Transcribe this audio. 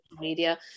media